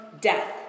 death